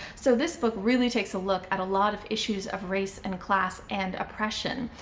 so this book really takes a look at a lot of issues of race and class and oppression,